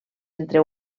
entre